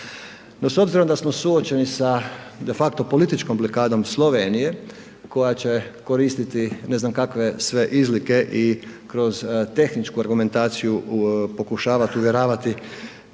No s obzirom da smo suočeni sa de facto političkom blokadom Slovenije koja će koristiti ne znam kakve sve izlike i kroz tehničku argumentaciju pokušavati uvjeravati